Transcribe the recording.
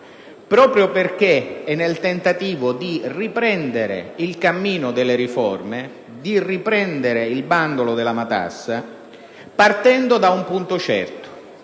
Proprio per e nel tentativo di riprendere il cammino delle riforme e di riprendere il bandolo della matassa, partendo da un punto certo: